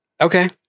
Okay